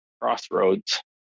crossroads